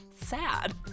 sad